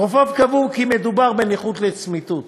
ורופאיו קבעו כי מדובר בנכות לצמיתות.